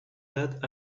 that